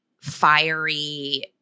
fiery